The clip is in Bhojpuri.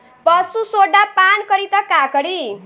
पशु सोडा पान करी त का करी?